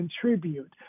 contribute